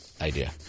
idea